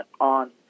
on